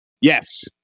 Yes